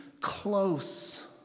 close